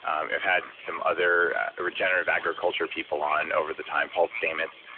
um it had some other regenerative agriculture people on over the time, paul stamets,